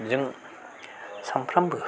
जों सामफ्रामबो